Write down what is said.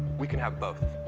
we can have both.